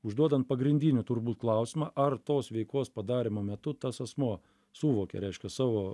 užduodant pagrindinį turbūt klausimą ar tos veikos padarymo metu tas asmuo suvokė reiškia savo